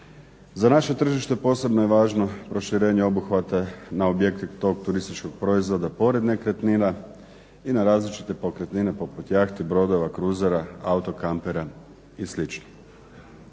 Za naše tržište posebno je važno proširenje obuhvata na objekt tog turističkog proizvoda pored nekretnina i na različite pokretnine poput jahti, brodova, kruzera, auto-kampera i